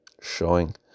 showing